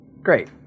Great